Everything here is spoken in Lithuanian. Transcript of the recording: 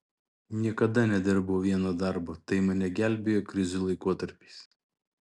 niekada nedirbau vieno darbo tai mane gelbėjo krizių laikotarpiais